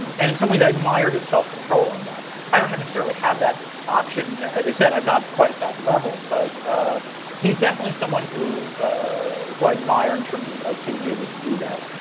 and in some ways i admire his self-control on that. i don't have necessarily have that option, as i said, i'm not quite at that level. but he's definitely someone who who i admire in terms of of being able to do that.